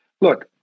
Look